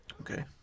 Okay